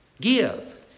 Give